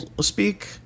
speak